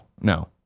no